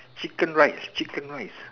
chicken rice chicken rice